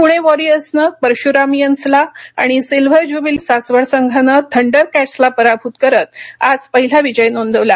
पुणेरी वॉरियर्सनं परश्रामियन्सला आणि सिल्व्हर ज्युबली सासवड संघानं थंडरकॅटसला पराभूत करत आज पहीला विजय नोंदवला